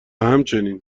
همچنین